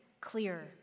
clear